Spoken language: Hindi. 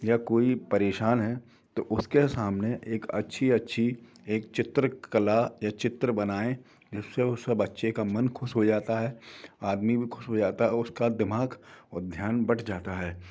या परेशान है तो उसके सामने एक अच्छी अच्छी एक चित्रकला या एक चित्र बनाएँ जिससे उसे बच्चे का मन खुश हो जाता है आदमी भी खुश हो जाता है उसका दिमाग ध्यान बंट जाता है